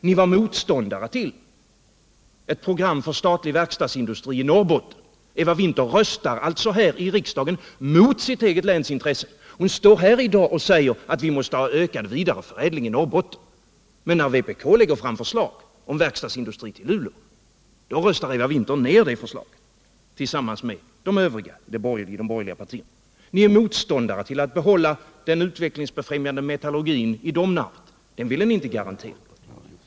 Ni var motståndare till ett program för statlig verkstadsindustri i Norrbotten. Eva Winther röstar alltså här i kammaren mot sitt eget läns intressen. Hon står här i dag och säger att vi måste ha en ökad vidareförädling i Norrbotten. Men när vpk lägger fram förslag om verkstadsindustri i Luleå, röstar Eva Winther ned det förslaget tillsammans med de andra borgerliga. Ni är motståndare till att behålla den utvecklingsbefrämjande metallurgin i Domnarvet. Den ville ni inte garantera.